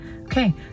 Okay